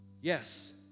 Yes